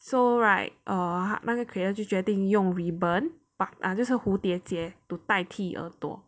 so right err 那个 creator 就决定用 ribbon 邦就是蝴蝶结 to 代替耳朵